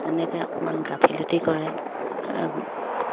তেনেকৈ অকণমান গাফিলতি কৰে